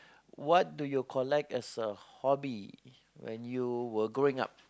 what do you collect as a hobby when you were growing up